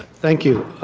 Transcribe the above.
thank you.